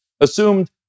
assumed